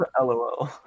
Lol